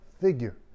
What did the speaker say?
figure